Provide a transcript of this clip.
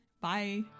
Bye